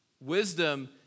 Wisdom